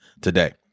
today